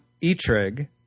E-Trig